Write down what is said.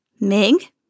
Mig